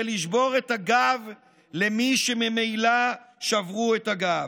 זה לשבור את הגב למי שממילא שברו את הגב,